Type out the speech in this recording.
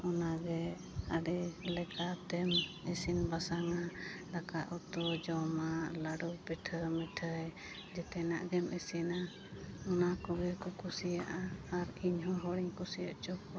ᱚᱱᱟᱜᱮ ᱟᱹᱰᱤ ᱞᱮᱠᱟ ᱛᱮᱢ ᱤᱥᱤᱱ ᱵᱟᱥᱟᱝᱼᱟ ᱫᱟᱠᱟ ᱩᱛᱩ ᱡᱚᱢᱟᱜ ᱞᱟᱹᱰᱩ ᱯᱤᱴᱷᱟᱹ ᱢᱤᱴᱷᱟᱹᱭ ᱡᱮᱛᱮᱱᱟᱜ ᱜᱮᱢ ᱤᱥᱤᱱᱟ ᱚᱱᱟ ᱠᱚᱜᱮᱠᱚ ᱠᱩᱥᱤᱭᱟᱜᱼᱟ ᱟᱨ ᱤᱧ ᱦᱚᱸ ᱦᱚᱲᱤᱧ ᱠᱩᱥᱤ ᱦᱚᱪᱚ ᱠᱚᱣᱟ